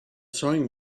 sewing